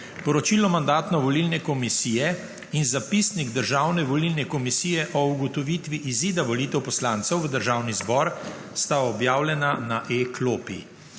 Poročilo Mandatno-volilne komisije in zapisnik Državne volilne komisije o ugotovitvi izida volitev poslancev v Državni zbor sta objavljena na e-klopi.